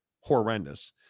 Horrendous